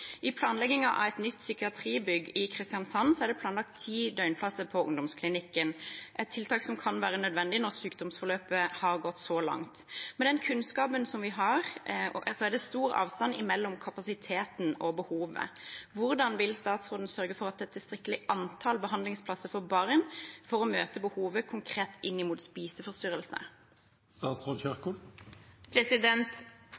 I planleggingen av et nytt psykiatribygg i Kristiansand er det planlagt ti døgnplasser på ungdomsklinikken, et tiltak som kan være nødvendig når sykdomsforløpet har gått så langt. Med den kunnskapen vi har, er det stor avstand mellom kapasiteten og behovet. Hvordan vil statsråden sørge for at det er et tilstrekkelig antall behandlingsplasser for barn for å møte behovet konkret